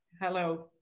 Hello